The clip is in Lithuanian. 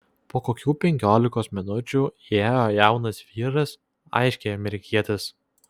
po kokių penkiolikos minučių įėjo jaunas vyras aiškiai amerikietis